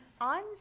On